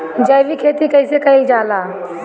जैविक खेती कईसे कईल जाला?